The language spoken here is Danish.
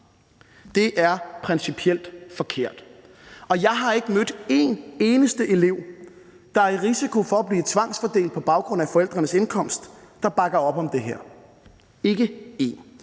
Det er principielt forkert. Jeg har ikke mødt en eneste elev, der er i risiko for at blive tvangsfordelt på baggrund af forældrenes indkomst, der bakker op om det her – ikke én!